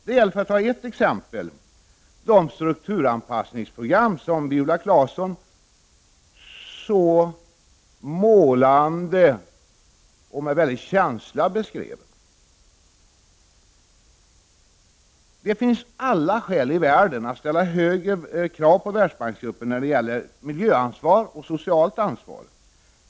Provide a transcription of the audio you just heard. Det gäller, för att ta ett exempel, de strukturanpassningsprogram som Viola Claesson så målande och med väldig känsla beskrev. Det finns alla skäl i världen att ställa högre krav på Världsbanksgruppen när det gäller miljöansvar och socialt ansvar.